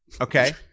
Okay